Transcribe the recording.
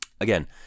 again